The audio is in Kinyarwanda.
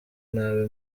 nabi